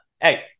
hey